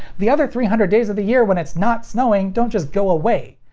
the other three hundred days of the year when it's not snowing don't just go away.